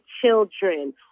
children